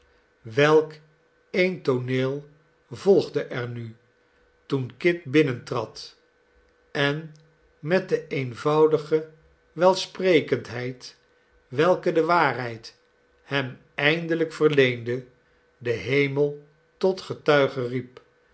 welk een toonee volgdo er nu toen kit binnontrad en met de eenvoudige welsprekendheid welke de waarheid hem eindelijk verleende den hemel tot getuige riep